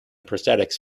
prosthetics